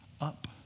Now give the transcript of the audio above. up